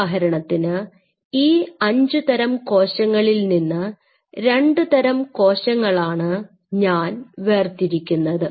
ഉദാഹരണത്തിന് ഈ അഞ്ചു തരം കോശങ്ങളിൽ നിന്ന് രണ്ടുതരം കോശങ്ങളാണ് ഞാൻ വേർതിരിക്കുന്നത്